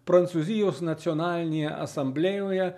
prancūzijos nacionalinėje asamblėjoje